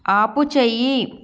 ఆపుచేయి